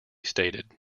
stated